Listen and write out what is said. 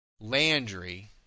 Landry